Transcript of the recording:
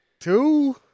Two